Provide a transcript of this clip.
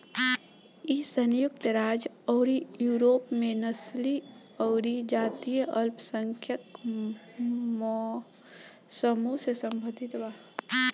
इ संयुक्त राज्य अउरी यूरोप में नस्लीय अउरी जातीय अल्पसंख्यक समूह से सम्बंधित बा